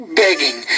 begging